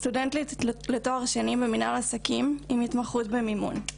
סטודנטית לתואר שני במנהל עסקים עם התמחות במימון.